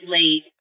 late